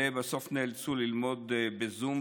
ובסוף נאלצו ללמוד בזום,